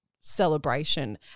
celebration